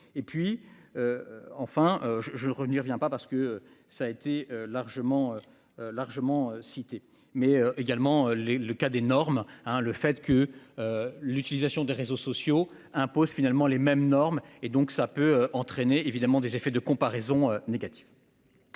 et puis. Enfin je je revenir vient pas parce que ça a été largement. Largement cités mais également les le cas des normes hein le fait que. L'utilisation des réseaux sociaux impose finalement les mêmes normes, et donc ça peut entraîner évidemment des effets de comparaison négatif.